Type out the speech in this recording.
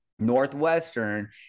Northwestern